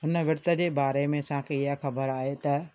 हिन विर्त जे बारे में असांखे इहा ख़बर आहे त